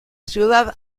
ciudad